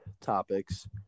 topics